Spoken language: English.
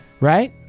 Right